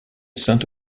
saint